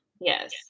yes